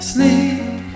Sleep